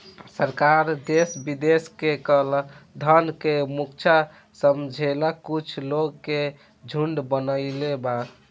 सरकार देश विदेश के कलाधन के मुद्दा समझेला कुछ लोग के झुंड बनईले बा